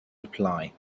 reply